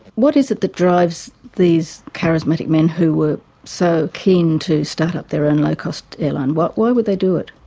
what is it that drives these charismatic men who were so keen to start up their own low cost airline? why would they do it?